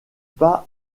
pas